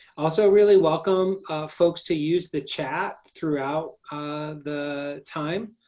also, really welcome folks to use the chat throughout the time.